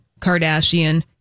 Kardashian